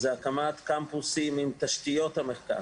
זה הקמת קמפוסים עם תשתיות למחקר.